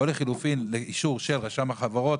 של רשם החברות,